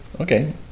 Okay